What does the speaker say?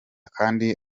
kandi